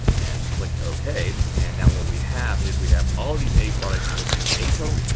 and click ok and now what we have is we have all these a products with an a total,